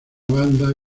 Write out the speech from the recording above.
banda